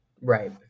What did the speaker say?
Right